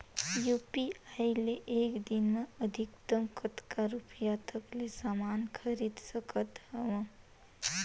UPI ले एक दिन म अधिकतम कतका रुपिया तक ले समान खरीद सकत हवं?